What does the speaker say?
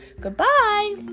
Goodbye